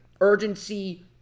Urgency